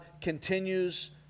continues